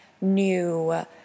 new